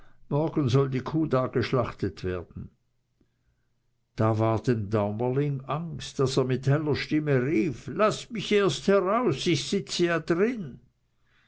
morgen soll die kuh da geschlachtet werden da war dem daumerling angst daß er mit heller stimme rief laßt mich erst heraus ich sitze ja drin